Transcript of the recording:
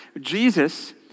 Jesus